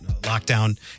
lockdown